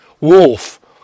wolf